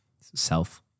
self